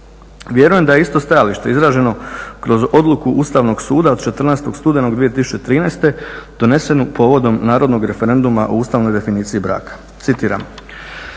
Vjerujem da je isto stajalište izraženo kroz odluku Ustavnog suda od 14. studenog 2013., donesenu povodom Narodnog referenduma o ustavnoj definiciji braka. Citiram: